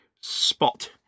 spot